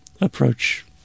approach